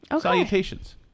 Salutations